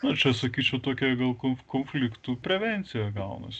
na čia sakyčiau tokia gal kon konfliktų prevencija gaunasi